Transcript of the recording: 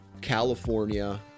California